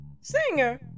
Singer